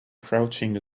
crouching